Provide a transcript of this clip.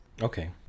okay